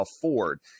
afford